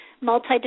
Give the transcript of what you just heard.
multi